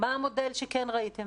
המודל שכן ראיתם